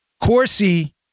Corsi